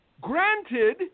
Granted